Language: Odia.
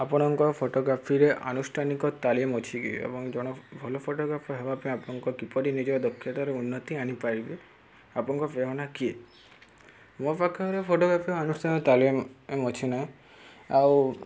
ଆପଣଙ୍କ ଫଟୋଗ୍ରାଫିରେ ଆନୁଷ୍ଠାନିକ ତାଲିମ ଅଛି କି ଏବଂ ଜଣେ ଭଲ ଫଟୋଗ୍ରାଫି ହେବା ପାଇଁ ଆପଣଙ୍କ କିପରି ନିଜର ଦକ୍ଷତାର ଉନ୍ନତି ଆଣିପାରିବେ ଆପଣଙ୍କ ପ୍ରେରଣା କିଏ ମୋ ପାଖର ଫଟୋଗ୍ରାଫି ଅନୁଷ୍ଠାନ ତାଲିମ୍ ଅଛି ନାହିଁ ଆଉ